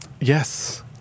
Yes